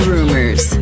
Rumors